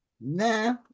nah